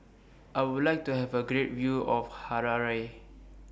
I Would like to Have A Great View of Harare